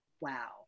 Wow